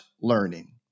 learning